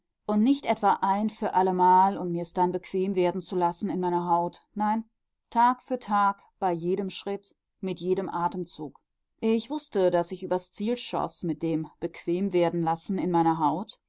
und nicht etwa ein für allemal und mir's dann bequem werden zu lassen in meiner haut nein tag für tag bei jedem schritt mit jedem atemzug ich wußte daß ich übers ziel schoß mit dem bequemwerdenlassen in meiner haut